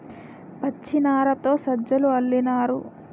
పచ్చినారతో సజ్జలు అల్లినారు